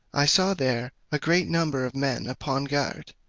i saw there a great number of men upon guard,